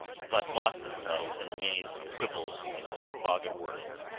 but lost themselves in a maze of quibbles and a fog of words.